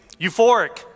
euphoric